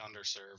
underserved